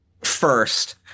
first